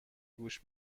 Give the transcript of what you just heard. گوش